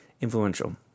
Influential